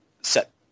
set